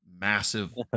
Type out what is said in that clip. massive